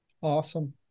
Awesome